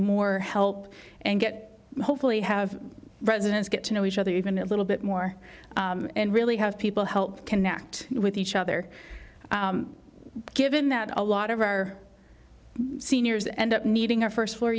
more help and get hopefully have residents get to know each other even a little bit more and really have people help connect with each other given that a lot of our seniors end up needing our st floor